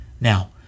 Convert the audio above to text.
Now